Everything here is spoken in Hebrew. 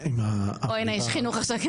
הנה איש חינוך.